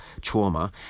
trauma